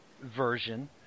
version